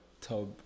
tub